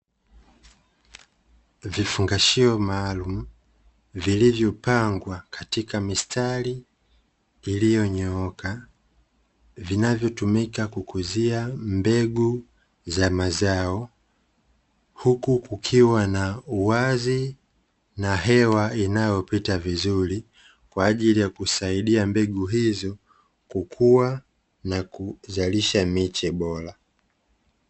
Vifungashio maalumu, vilivyopangwa katika mistari iliyonyooka vinavyotumika kukuzia mbegu za mazao huku kukiwa na uwazi na hewa inayopita vizuri kwa ajili ya kusaidia mbegu hizo kukua na kuzalisha miche bora.